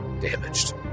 damaged